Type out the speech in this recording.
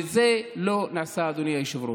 וזה לא נעשה, אדוני היושב-ראש.